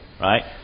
Right